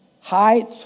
height